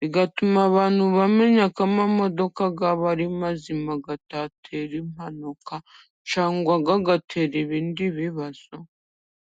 bigatuma abantu bamenya ko imodoka zabo ari nzima, zitatera impanuka cyangwa zigatera ibindi bibazo.